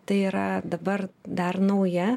tai yra dabar dar nauja